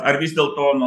ar vis dėlto nu